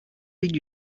did